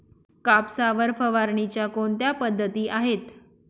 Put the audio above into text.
कापसावर फवारणीच्या कोणत्या पद्धती आहेत?